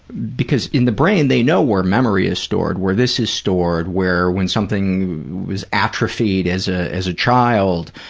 because in the brain they know where memory is stored, where this is stored, where when something was atrophied as ah as a child,